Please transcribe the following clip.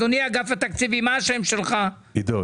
עידו,